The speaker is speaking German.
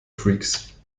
freaks